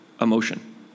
emotion